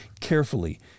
carefully